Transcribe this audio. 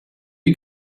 you